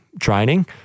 training